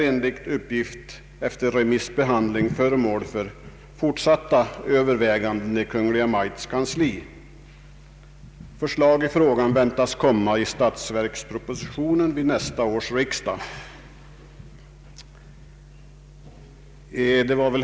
Enligt uppgift är denna, efter remissbehandling, föremål för fortsatta överväganden i Kungl. Maj:ts kansli. Förslag i frågan väntas komma att läggas fram i statsverkspropositionen vid nästa års riksdag.